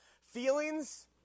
feelings